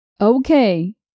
Okay